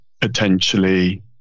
potentially